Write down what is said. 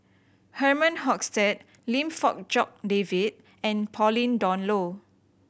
Herman Hochstadt Lim Fong Jock David and Pauline Dawn Loh